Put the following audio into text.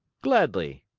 gladly.